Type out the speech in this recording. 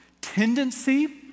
tendency